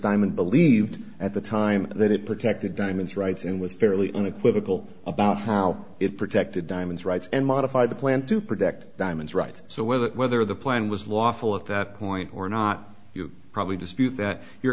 diamond believed at the time that it protected diamonds rights and was fairly unequivocal about how it protected diamonds rights and modify the plan to protect diamonds right so whether whether the plan was lawful at that point or not you probably dispute that your